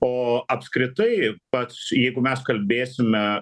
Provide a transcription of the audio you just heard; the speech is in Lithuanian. o apskritai pats jeigu mes kalbėsime